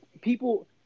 people –